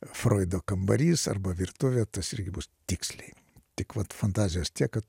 froido kambarys arba virtuvė tas irgi bus tiksliai tik vat fantazijos tiek kad